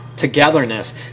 togetherness